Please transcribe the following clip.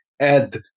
add